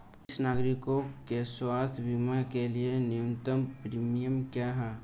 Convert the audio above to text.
वरिष्ठ नागरिकों के स्वास्थ्य बीमा के लिए न्यूनतम प्रीमियम क्या है?